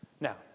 Now